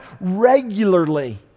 regularly